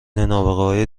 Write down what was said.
نابغههای